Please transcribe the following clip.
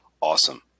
Awesome